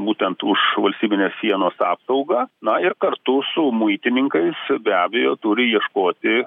būtent už valstybinės sienos apsaugą na ir kartu su muitininkais be abejo turi ieškoti